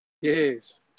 Yes